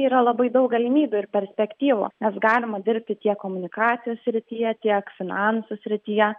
yra labai daug galimybių ir perspektyvų nes galima dirbti tiek komunikacijos srityje tiek finansų srityje